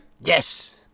Yes